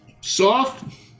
Soft